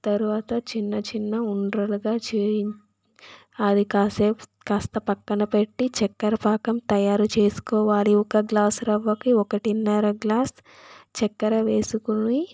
తర్వాత చిన్న చిన్న ఉండ్రలుగా చేయి అది కాసేపు కాస్త పక్కన పెట్టి చక్కర పాకం తయారు చేసుకొవాలి ఒక గ్లాస్ రవ్వకి ఒకటిన్నర గ్లాస్ చక్కర వేసుకుని